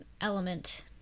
element